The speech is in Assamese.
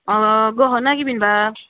অঁ গহনা কি পিন্ধবা